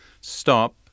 Stop